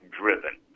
driven